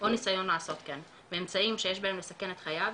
או ניסיון לעשות כן באמצעים שיש בהם לסכן את חייו,